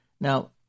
Now